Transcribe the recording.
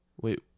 Wait